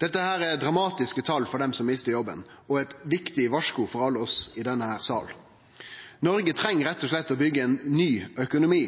Dette er dramatiske tal for dei som mistar jobben, og eit viktig varsku for alle oss i denne salen. Noreg treng rett og slett å byggje ein ny økonomi,